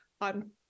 On